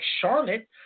Charlotte